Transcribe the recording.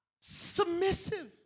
Submissive